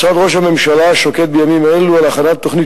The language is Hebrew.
משרד ראש הממשלה שוקד בימים אלו על הכנת תוכנית